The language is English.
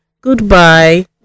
Goodbye